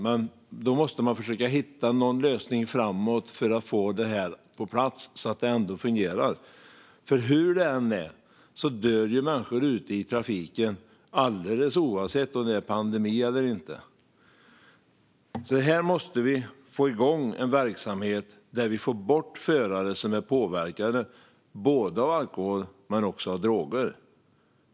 Men vi måste försöka hitta en lösning så att det ändå fungerar, för hur det än är dör människor i trafiken oavsett om det är en pandemi eller inte. Vi måste få igång en verksamhet för att få bort förare som är påverkade av alkohol eller droger.